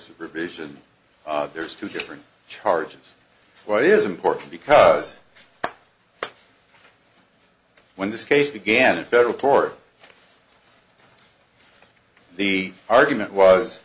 supervision there's two different charges what is important because when this case began in federal court the argument was